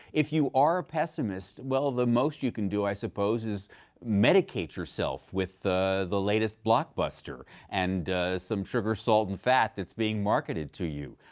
if you are a pessimist, well, the most you can do, i suppose, is medicate yourself with the the latest blockbuster and some sugar, salt, and fat that's being marketed to you.